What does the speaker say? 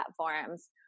platforms